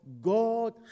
God